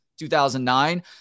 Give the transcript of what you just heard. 2009